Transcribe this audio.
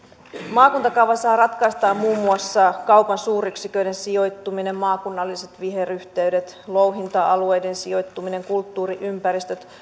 maakuntakaavassahan ratkaistaan muun muassa kaupan suuryksiköiden sijoittuminen maakunnalliset viheryhteydet louhinta alueiden sijoittuminen kulttuuriympäristöt